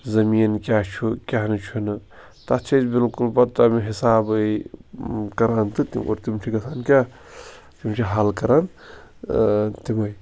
زٔمیٖن کیٛاہ چھُ کیٛاہ نہٕ چھُنہٕ تَتھ چھِ أسۍ بالکل پَتہٕ تَمہِ حِسابٕے ٲں کَران تہٕ تور تِم چھِ گژھان کیٛاہ تِم چھِ حل کَران ٲں تِمٔے